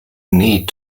need